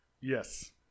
Yes